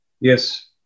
Yes